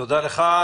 תודה לך.